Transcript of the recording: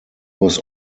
was